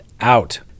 out